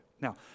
Now